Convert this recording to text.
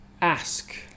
ask